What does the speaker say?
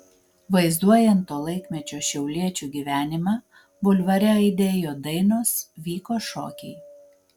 vaizduojant to laikmečio šiauliečių gyvenimą bulvare aidėjo dainos vyko šokiai